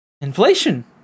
Inflation